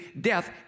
death